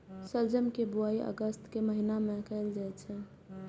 शलजम के बुआइ अगस्त के महीना मे कैल जाइ छै